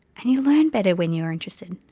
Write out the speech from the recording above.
and you learn better when you are interested,